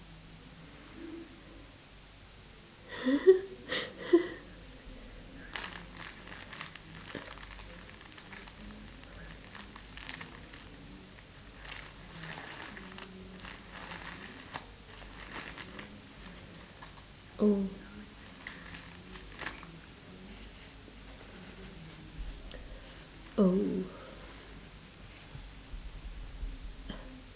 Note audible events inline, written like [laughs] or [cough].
[laughs] oh oh